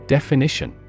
Definition